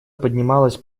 поднималась